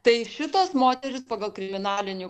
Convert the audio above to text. tai šitos moterys pagal kriminalinį